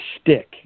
stick